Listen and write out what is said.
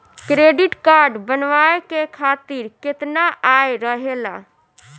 Credit card बनवाए के खातिर केतना आय रहेला?